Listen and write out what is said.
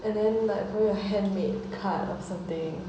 and then like 和有 handmade card or something